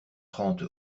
trente